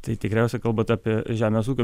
tai tikriausiai kalbat apie žemės ūkio